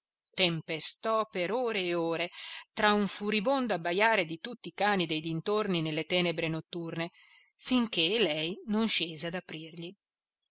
podere tempestò per ore e ore tra un furibondo abbajare di tutti i cani dei dintorni nelle tenebre notturne finché lei non scese ad aprirgli